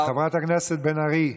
חברת הכנסת בן ארי,